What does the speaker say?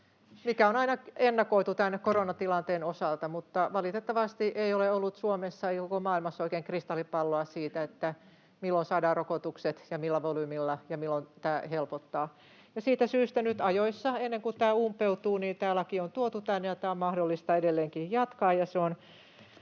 mitä on aina ennakoitu tämän koronatilanteen osalta, mutta valitettavasti ei ole ollut Suomessa eikä koko maailmassa oikein kristallipalloa siitä, milloin saadaan rokotukset ja millä volyymilla ja milloin tämä helpottaa. Siitä syystä nyt ajoissa, ennen kuin tämä umpeutuu, tämä laki on tuotu tänne, ja tätä on mahdollista edelleenkin jatkaa,